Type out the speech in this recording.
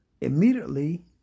immediately